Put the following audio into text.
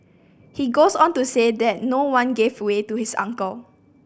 he goes on to say that no one gave way to his uncle